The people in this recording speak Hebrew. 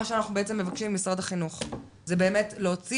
מה שאנחנו מבקשים ממשרד החינוך זה להוציא